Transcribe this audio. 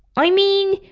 i mean.